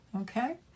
Okay